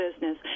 business